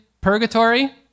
purgatory